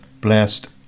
blessed